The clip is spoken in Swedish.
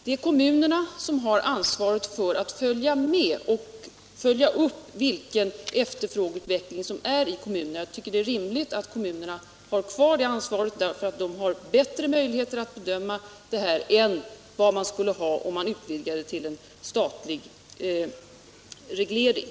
Det är kommunerna som har ansvaret för att följa upp vilken efterfrågeutveckling som finns i kommunerna. Jag tycker att det är rimligt att kommunerna har kvar det ansvaret, därför att de har bättre möjligheter att bedöma dessa saker än vad man skulle ha om man övergick till en statlig reglering.